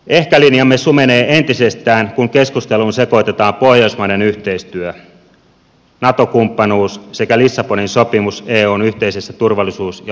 ehkä linjamme sumenee entisestään kun keskusteluun sekoitetaan pohjoismainen yhteistyö nato kumppanuus sekä lissabonin sopimus eun yhteisessä turvallisuus ja puolustuspolitiikassa